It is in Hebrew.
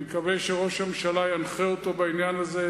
אני מקווה שראש הממשלה ינחה אותו בעניין הזה,